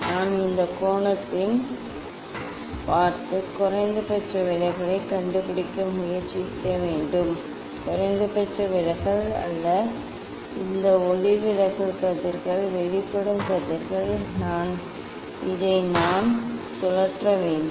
நான் இந்த கோணத்தில் பார்த்து குறைந்தபட்ச விலகலைக் கண்டுபிடிக்க முயற்சிக்க வேண்டும் குறைந்தபட்ச விலகல் அல்ல இந்த ஒளிவிலகல் கதிர்கள் வெளிப்படும் கதிர்கள் இதை நான் சுழற்ற வேண்டும்